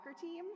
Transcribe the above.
team